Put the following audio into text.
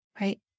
right